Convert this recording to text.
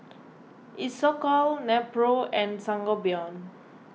Isocal Nepro and Sangobion